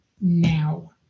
Now